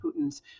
Putin's